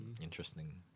Interesting